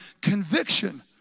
Conviction